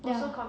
ah